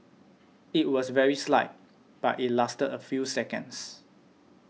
it was very slight but it lasted a few seconds